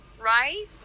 right